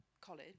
college